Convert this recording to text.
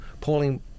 polling